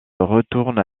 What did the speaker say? retourne